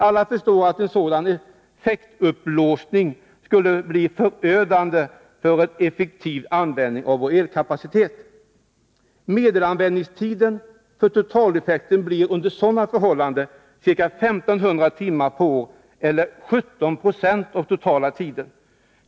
Alla förstår att en sådan effektupplåsning skulle bli förödande för möjligheterna till en effektiv användning av vår elkapacitet. Medelanvändningstiden för totaleffekten blir under sådana förhållanden ca 1500 timmar per år eller ca 17 90 av den totala tiden.